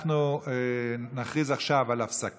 11 חברי